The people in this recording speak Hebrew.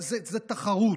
זו תחרות,